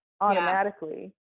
automatically